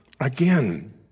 again